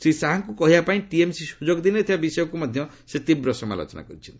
ଶ୍ରୀ ଶାହାଙ୍କୁ କହିବା ପାଇଁ ଟିଏମ୍ସି ସୁଯୋଗ ଦେଇନଥିବା ବିଷୟକ୍ତ ମଧ୍ୟ ସେ ତୀବ୍ର ସମାଲୋଚନା କରିଛନ୍ତି